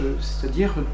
c'est-à-dire